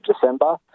December